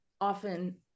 Often